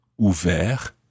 Ouvert